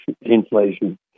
inflation